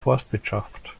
forstwirtschaft